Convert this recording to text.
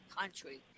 country